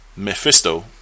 Mephisto